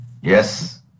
Yes